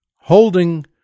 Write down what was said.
holding